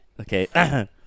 Okay